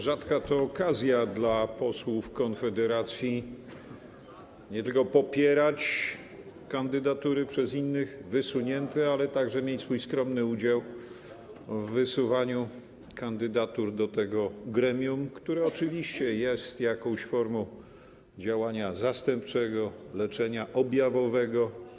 Rzadka to okazja dla posłów Konfederacji nie tylko popierać kandydatury przez innych wysunięte, ale także mieć swój skromny udział w wysuwaniu kandydatur do tego gremium, które oczywiście jest jakąś formą działania zastępczego, leczenia objawowego.